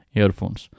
Earphones